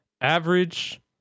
average